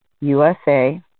USA